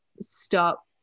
stop